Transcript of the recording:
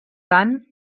tant